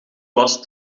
was